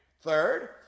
Third